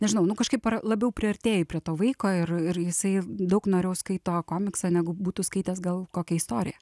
nežinau nu kažkaip ar labiau priartėji prie to vaiko ir ir jisai daug noriau skaito komiksą negu būtų skaitęs gal kokią istoriją